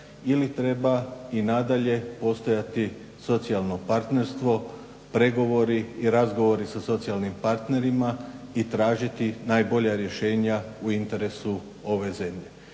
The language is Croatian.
ili treba i nadalje postojati socijalno partnerstvo, pregovori i razgovori sa socijalnim partnerima i tražiti najbolja rješenja u interesu ove zemlje?